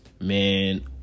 man